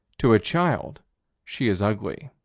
to a child she is ugly.